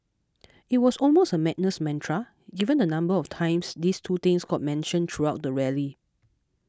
it was almost a madness mantra given the number of times these two things got mentioned throughout the rally